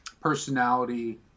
personality